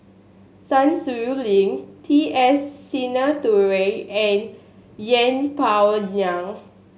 Sun Xueling T S Sinnathuray and Yeng Pway Ngon